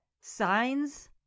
signs